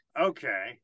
okay